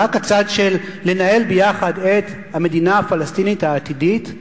רק הצד של לנהל ביחד את המדינה הפלסטינית העתידית?